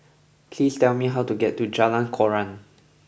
please tell me how to get to Jalan Koran